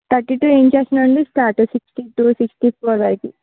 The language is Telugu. థర్టీ టూ ఇంచెస్ నుండి start sixty two sixty four వరకు